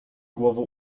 głową